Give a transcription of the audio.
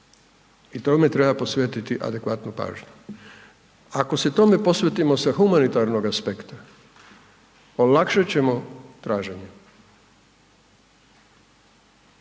I tome treba posvetiti adekvatnu pažnju. Ako se tome posvetimo sa humanitarnog aspekta olakšat ćemo traženje.